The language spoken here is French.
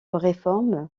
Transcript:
réforme